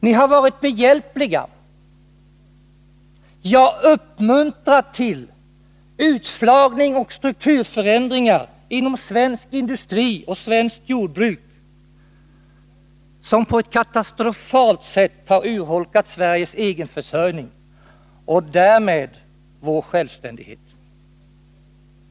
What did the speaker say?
Ni har varit behjälpliga, ja uppmuntrat till, utslagning och strukturförändringar inom svensk industri och svenskt jordbruk som på ett katastrofalt sätt har urholkat Sveriges egenförsörjning och därmed vår självständighet.